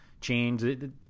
change